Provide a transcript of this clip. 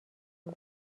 بود